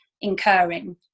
incurring